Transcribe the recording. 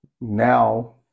now